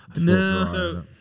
no